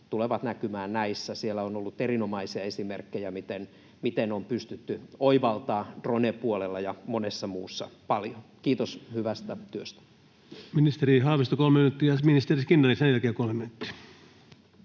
tulevat näkymään näissä. Siellä on ollut erinomaisia esimerkkejä, miten on pystytty oivaltamaan drone-puolella ja monessa muussa paljon. Kiitos hyvästä työstä.